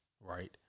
right